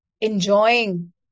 enjoying